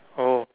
oh